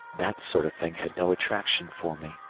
that sort of thing had no attraction for me.